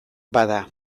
bada